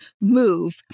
move